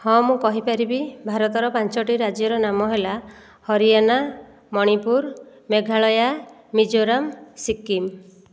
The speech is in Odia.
ହଁ ମୁଁ କହିପାରିବି ଭାରତର ପାଞ୍ଚଟି ରାଜ୍ୟର ନାମ ହେଲା ହରିୟାନା ମଣିପୁର ମେଘାଳୟା ମିଜୋରାମ ସିକିମ